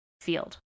field